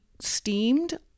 steamed